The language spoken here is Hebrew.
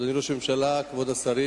אדוני ראש הממשלה, כבוד השרים,